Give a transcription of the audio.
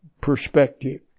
perspective